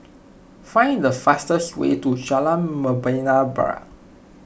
find the fastest way to Jalan Membina Barat